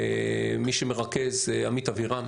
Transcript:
מי שמרכז הוא עמית אבירם,